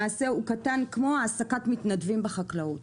למעשה, הוא קטן כמו העסקת מתנדבים בחקלאות.